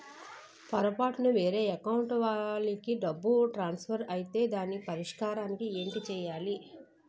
పొరపాటున వేరే అకౌంట్ వాలికి డబ్బు ట్రాన్సఫర్ ఐతే దానిని పరిష్కరించడానికి ఏంటి చేయాలి?